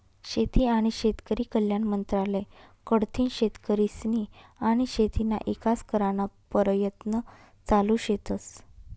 शेती आनी शेतकरी कल्याण मंत्रालय कडथीन शेतकरीस्नी आनी शेतीना ईकास कराना परयत्न चालू शेतस